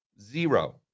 Zero